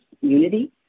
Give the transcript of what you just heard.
unity